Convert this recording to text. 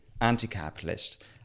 anti-capitalist